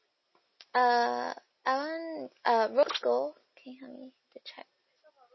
uh I want uh rose gold can you help me to check